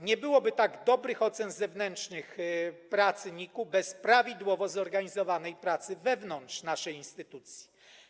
Nie byłoby tak dobrych ocen zewnętrznych pracy NIK-u bez prawidłowo zorganizowanej pracy wewnątrz naszej instytucji.